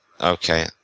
okay